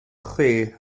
chwi